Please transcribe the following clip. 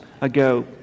ago